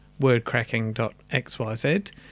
wordcracking.xyz